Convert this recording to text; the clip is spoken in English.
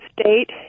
state